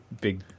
big